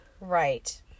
Right